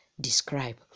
describe